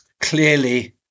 clearly